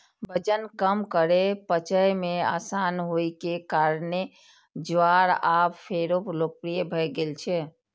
वजन कम करै, पचय मे आसान होइ के कारणें ज्वार आब फेरो लोकप्रिय भए गेल छै